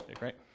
right